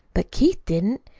but keith didn't.